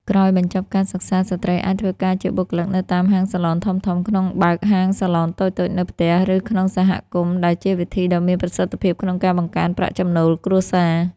ក្រោយបញ្ចប់ការសិក្សា ស្ត្រីអាចធ្វើការជាបុគ្គលិកនៅតាមហាងសាឡនធំៗ ក្នុងបើកហាងសាឡនតូចៗនៅផ្ទះ ឬក្នុងសហគមន៍ ដែលជាវិធីដ៏មានប្រសិទ្ធភាពក្នុងការបង្កើនប្រាក់ចំណូលគ្រួសារ។